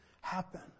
happen